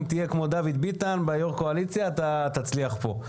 אם תהיה כמו דוד ביטן כיושב-ראש קואליציה אתה תצליח פה.